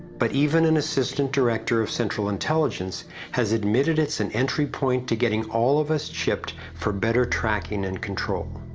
but even an assistant director of central intelligence has admitted it's an entry point to getting all of us chipped for better tracking and control.